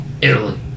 Italy